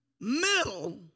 middle